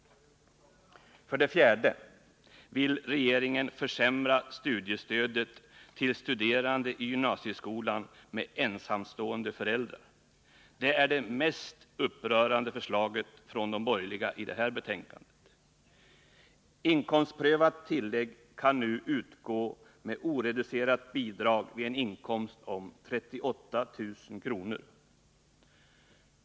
För det fjärde vill regeringen försämra studiestödet till studerande i gymnasieskolan med ensamstående förälder. Det är det mest upprörande förslaget från de borgerliga i det här betänkandet. Inkomstprövat tillägg kan nu utgå med oreducerat bidrag vid en inkomst om 38 000 kr.